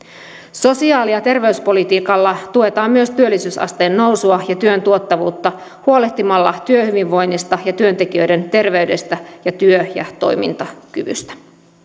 sosiaali ja terveyspolitiikalla tuetaan myös työllisyysasteen nousua ja työn tuottavuutta huolehtimalla työhyvinvoinnista ja työntekijöiden terveydestä ja työ ja toimintakyvystä